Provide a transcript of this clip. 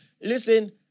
listen